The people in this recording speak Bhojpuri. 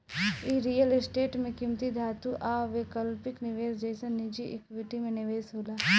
इ रियल स्टेट में किमती धातु आ वैकल्पिक निवेश जइसन निजी इक्विटी में निवेश होला